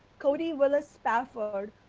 cody willis stafford.